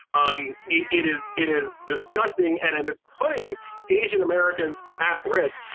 um it it is it is disgusting and it is putting asian-americans at risk,